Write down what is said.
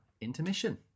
intermission